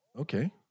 Okay